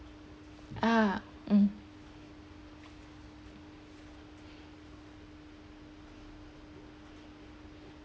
ah mm